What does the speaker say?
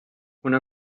una